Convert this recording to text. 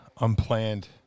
unplanned